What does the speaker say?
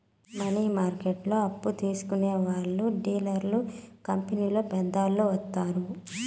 money మార్కెట్లో అప్పు తీసుకునే వాళ్లు డీలర్ కంపెనీలో పెద్దలు వత్తారు